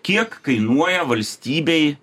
kiek kainuoja valstybei